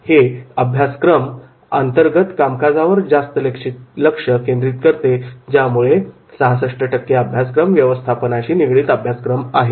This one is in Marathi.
हे अभ्यासक्रम अंतर्गत कामकाजावर जास्त लक्ष केंद्रित करते त्यामुळे सुमारे 66 टक्के अभ्यासक्रम व्यवस्थापनाशी निगडीत अभ्यासक्रम आहेत